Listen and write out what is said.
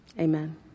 Amen